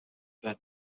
burned